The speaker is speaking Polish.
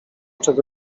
czego